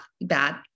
bad